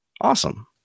Awesome